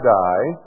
die